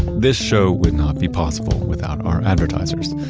this show would not be possible without our advertisers.